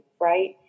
right